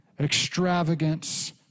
extravagance